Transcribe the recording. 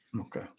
Okay